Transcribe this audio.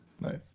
Nice